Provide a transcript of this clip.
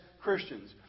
Christians